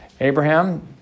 Abraham